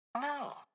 No